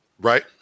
Right